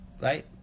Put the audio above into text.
right